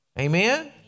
Amen